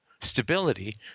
stability